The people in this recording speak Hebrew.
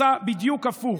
עשה בדיוק הפוך.